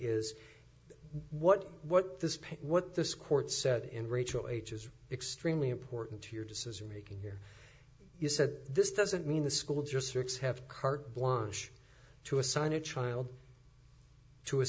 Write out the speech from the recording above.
is what what this what this court said and rachel age is extremely important to your decision making here you said this doesn't mean the school districts have carte blanche to assign a child to a